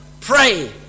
pray